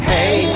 Hey